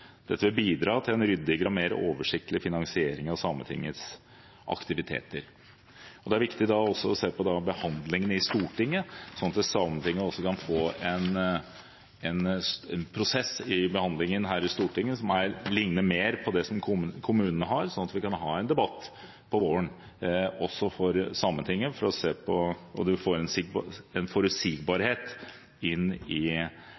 Dette vil bidra til en ryddigere og mer oversiktlig finansiering av Sametingets aktiviteter. Da er det også viktig å se på behandlingen i Stortinget, slik at Sametinget kan få en prosess i behandlingen her i Stortinget som ligner mer på det som kommunene har, og slik at vi kan ha en debatt om våren også for Sametinget, for å få en forutsigbarhet i Sametingets behandling av eget budsjett som er større enn det det er i